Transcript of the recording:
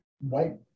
white